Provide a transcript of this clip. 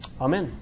Amen